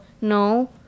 no